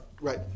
Right